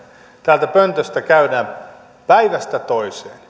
täältä pöntöstä käydään päivästä toiseen